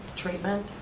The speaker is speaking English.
treatment?